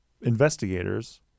investigators